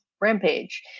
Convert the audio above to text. Rampage